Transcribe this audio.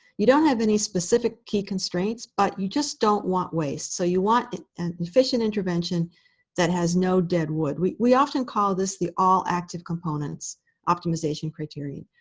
you don't have any specific key constraints, but you just don't want waste. so you want an efficient intervention that has no dead wood. we we often call this the all active components optimization criterion.